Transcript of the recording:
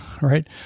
right